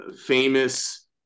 famous